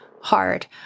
hard